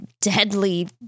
deadly